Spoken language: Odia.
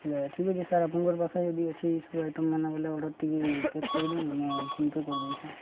ହେଲା ଠିକ୍ ଅଛି ସାର୍ ଆପଣଙ୍କ ପାଖେ ଯଦି ଅଛି ଏ ସବୁ ଆଇଟମ୍ ମାନ ବୋଲେ ଅର୍ଡ଼ର ଟିକେ ପ୍ୟାକ୍ କରିଦିଅନ୍ ମୁଇଁ ଫୋନ୍ପେ' କରିଦେଉଛେ